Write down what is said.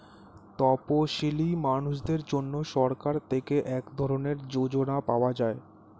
তপসীলি মানুষদের জন্য সরকার থেকে এক ধরনের যোজনা পাওয়া যায়